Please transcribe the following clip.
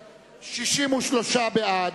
בעד,